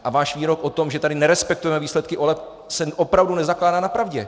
A váš výrok o tom, že tady nerespektujeme výsledky voleb, se opravdu nezakládá na pravdě!